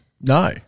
no